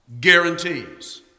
guarantees